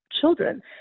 children